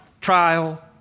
Trial